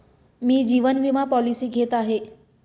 मी जीवन विमा पॉलिसी घेत आहे